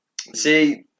see